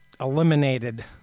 eliminated